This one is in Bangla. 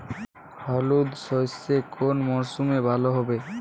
হলুদ সর্ষে কোন মরশুমে ভালো হবে?